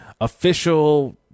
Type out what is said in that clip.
official